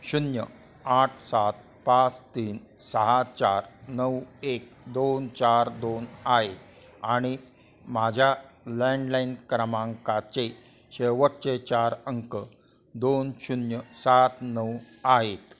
शून्य आठ सात पाच तीन सहा चार नऊ एक दोन चार दोन आहे आणि माझ्या लँडलाइन क्रमांकाचे शेवटचे चार अंक दोन शून्य सात नऊ आहेत